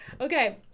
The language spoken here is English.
Okay